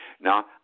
Now